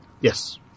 Yes